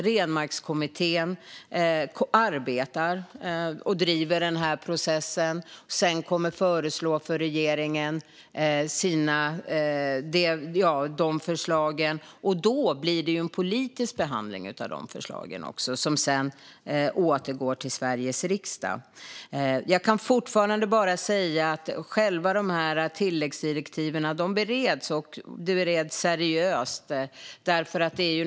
Renmarkskommittén arbetar och driver den processen och kommer sedan att lägga fram sina förslag för regeringen. Då blir det en politisk behandling av de förslagen, som sedan återgår till Sveriges riksdag. Jag kan fortfarande bara säga att själva tilläggsdirektiven bereds och bereds seriöst.